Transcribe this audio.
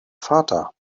vater